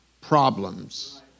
problems